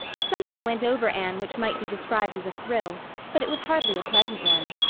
something went over anne which might be described as a thrill, but it was hardly a pleasant one.